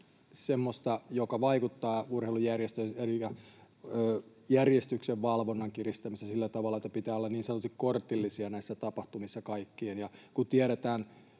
semmoista, joka vaikuttaa urheilujärjestöihin, elikkä järjestyksenvalvonnan kiristämistä sillä tavalla, että pitää olla niin sanotusti kortillisia näissä tapahtumissa kaikkien. Kun tiedetään